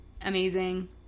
Amazing